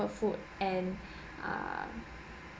what food and err